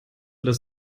das